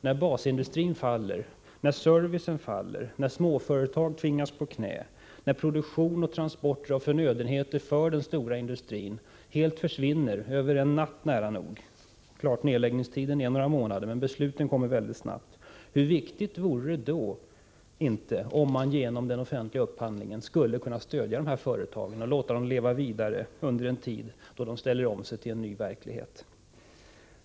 När basindustrin och servicen faller, när småföretag tvingas på knä och när transportföretag med förnödenheter till den stora industrin helt försvinner över nära nog en natt — även om nedläggningstiden är några månader efter beslut därom — hur bra skulle det då inte vara om man genom den offentliga upphandlingen kunde stödja dessa företag och låta dem leva vidare en tid tills de hinner ställa om sig till en ny verklighet.